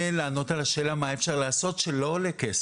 לענות על השאלה מה אפשר לעשות שלא עולה כסף.